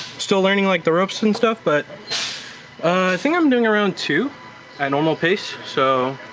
still learning like the ropes and stuff but i think i'm doing around two at normal pace. so